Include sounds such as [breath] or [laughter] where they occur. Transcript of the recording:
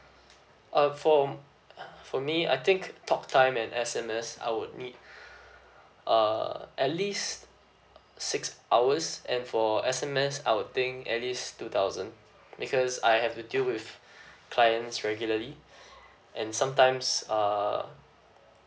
uh for um [noise] for me I think talk time and S_M_S I would need [breath] uh at least six hours and for S_M_S I'd think at least two thousand because I have to deal with [breath] clients regularly [breath] and sometimes uh